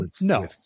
No